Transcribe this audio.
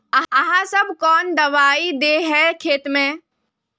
आहाँ सब कौन दबाइ दे है खेत में?